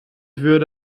würde